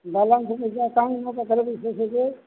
balance ନିଜର କାହିଁ ମୋ ପାଖରେ ଦେବି ସେତିକି ଯେ